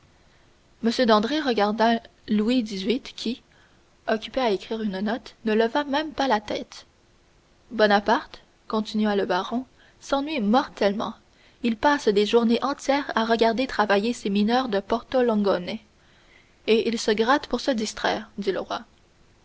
m dandré regarda louis xviii qui occupé à écrire une note ne leva pas même la tête bonaparte continua le baron s'ennuie mortellement il passe des journées entières à regarder travailler ses mineurs de porto longone et il se gratte pour se distraire dit le roi